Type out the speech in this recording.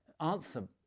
answer